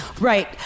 Right